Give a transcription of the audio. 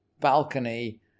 balcony